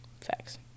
Facts